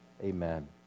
Amen